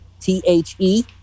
T-H-E